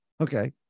Okay